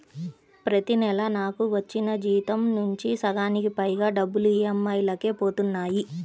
ప్రతి నెలా నాకు వచ్చిన జీతం నుంచి సగానికి పైగా డబ్బులు ఈ.ఎం.ఐ లకే పోతన్నాయి